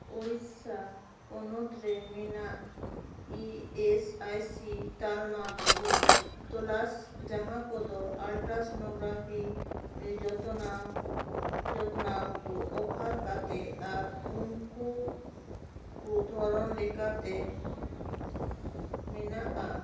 ᱳᱲᱤᱥᱥᱟ ᱯᱚᱱᱚᱛ ᱨᱮ ᱢᱮᱱᱟᱜ ᱤᱹᱮᱥᱹᱟᱭᱹᱥᱤ ᱛᱟᱞᱢᱟ ᱠᱚ ᱛᱚᱞᱟᱥ ᱡᱟᱦᱟᱸ ᱠᱚᱫᱚ ᱟᱞᱴᱨᱟᱥ ᱱᱚᱱᱳᱜᱨᱟᱯᱷᱤ ᱮ ᱡᱚᱛᱱᱟᱣ ᱠᱚ ᱚᱯᱷᱟᱨ ᱠᱟᱛᱮᱫ ᱟᱨ ᱩᱱᱠᱩ ᱠᱚ ᱫᱷᱚᱨᱚᱱ ᱞᱮᱠᱟᱛᱮ ᱢᱮᱱᱟᱜᱼᱟ